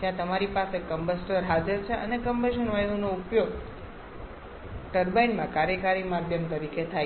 જ્યાં તમારી પાસે કમ્બસ્ટર હાજર છે અને કમ્બશન વાયુઓનો ઉપયોગ ટર્બાઇનમાં કાર્યકારી માધ્યમ તરીકે થાય છે